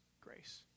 grace